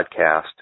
podcast –